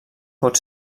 pot